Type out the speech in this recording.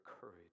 courage